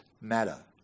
matter